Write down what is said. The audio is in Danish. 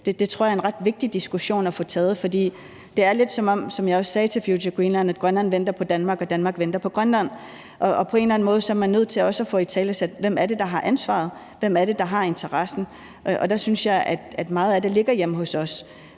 på, tror jeg er en ret vigtig diskussion at få taget, for det er lidt, som jeg også sagde til Future Greenland, som om Grønland venter på Danmark og Danmark venter på Grønland. På en eller anden måde er man nødt til også at få italesat, hvem det er, der har ansvaret, hvem det er, der har interessen. Der synes jeg, at meget af det ligger hjemme hos os,